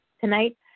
Tonight